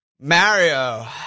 Mario